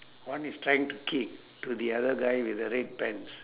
one is trying to kick to the other guy with the red pants